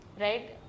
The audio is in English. right